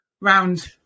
round